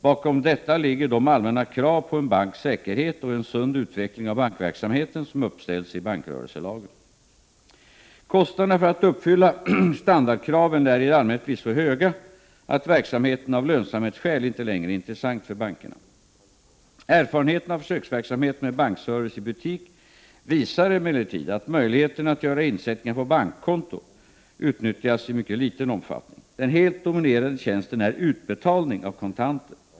Bakom detta ligger de allmänna krav på en banks säkerhet och en sund utveckling av bankverksamheten som uppställs i bankrörelselagen . Kostnaderna för att uppfylla standardkraven lär i allmänhet bli så höga att verksamheten av lönsamhetsskäl inte längre är intressant för bankerna. Erfarenheterna av försöksverksamheten med bankservice i butik visar emellertid att möjligheten att göra insättningar på bankkonto utnyttjas i mycket liten omfattning. Den helt dominerande tjänsten är utbetalning av kontanter.